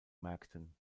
märkten